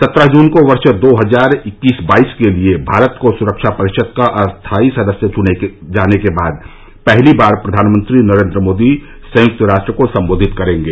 सत्रह जून को वर्ष दो हजार इक्कीस बाइस के लिए भारत को सुरक्षा परिषद का अस्थायी सदस्य चुने जाने के बाद पहली बार प्रधानमंत्री नरेन्द्र मोदी संयुक्त राष्ट्र को संबोधित करेंगे